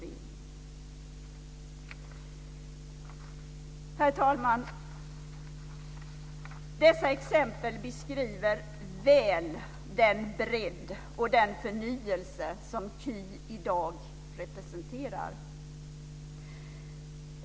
Herr talman! Dessa exempel beskriver väl den bredd och den förnyelse som KY i dag representerar.